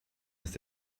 ist